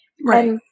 Right